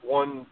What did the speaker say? one